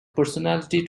personality